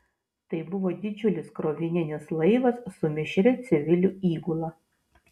tai buvo didžiulis krovininis laivas su mišria civilių įgula